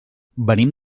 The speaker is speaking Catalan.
venim